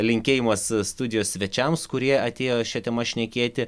linkėjimas studijos svečiams kurie atėjo šia tema šnekėti